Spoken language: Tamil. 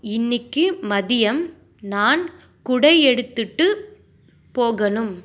இன்றைக்கு மதியம் நான் குடை எடுத்துகிட்டு போகணும்